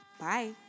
Bye